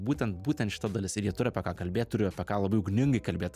būtent būtent šita dalis ir jie turi apie ką kalbėt turi apie ką labai ugningai kalbėt